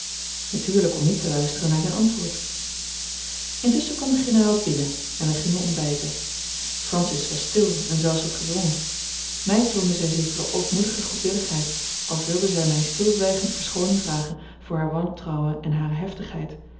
natuurlijk om niet te luisteren naar zijn antwoord intusschen kwam de generaal binnen en wij gingen ontbijten francis was stil en zelfs wat gedwongen mij toonde zij zekere ootmoedige goedwilligheid als wilde zij mij stilzwijgend verschooning vragen voor haar wantrouwen en hare heftigheid